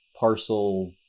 parcel